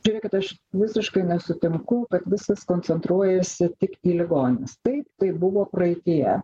žiūrėkit aš visiškai nesutinku kad viskas koncentruojuosi tik į ligonines taip tai buvo praeityje